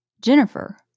Jennifer